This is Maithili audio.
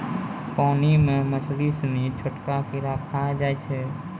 पानी मे मछली सिनी छोटका कीड़ा खाय जाय छै